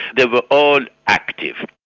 they were all active.